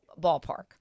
ballpark